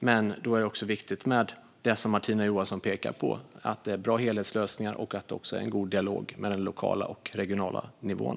Men då är det också viktigt med det som Martina Johansson pekar på: att det är bra helhetslösningar och att det förs en god dialog med den lokala och regionala nivån.